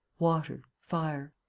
water, fire.